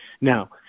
Now